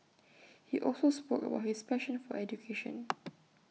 he also spoke about his passion for education